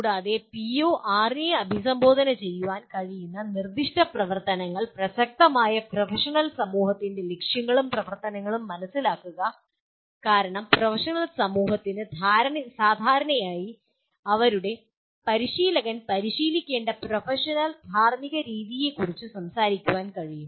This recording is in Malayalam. കൂടാതെ പിഒ6 നെ അഭിസംബോധന ചെയ്യാൻ കഴിയുന്ന നിർദ്ദിഷ്ട പ്രവർത്തനങ്ങൾ പ്രസക്തമായ പ്രൊഫഷണൽ സമൂഹത്തിന്റെ ലക്ഷ്യങ്ങളും പ്രവർത്തനങ്ങളും മനസിലാക്കുക കാരണം പ്രൊഫഷണൽ സമൂഹത്തിന് സാധാരണയായി അവരുടെ പരിശീലകൻ പരിശീലിക്കേണ്ട പ്രൊഫഷണൽ ധാർമ്മിക രീതിയെക്കുറിച്ച് സംസാരിക്കാൻ കഴിയും